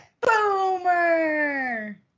Boomer